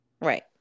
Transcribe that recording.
Right